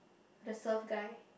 the surf guy